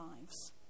lives